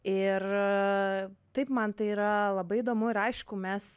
ir taip man tai yra labai įdomu ir aišku mes